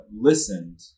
listened